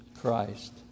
Christ